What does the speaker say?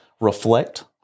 reflect